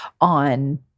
on